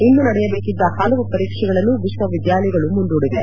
ಇಂದು ನಡೆಯಬೇಕಿದ್ದ ಹಲವು ಪರೀಕ್ಷೆಗಳನ್ನು ವಿಶ್ವವಿದ್ಯಾಲಯಗಳು ಮುಂದೂಡಿವೆ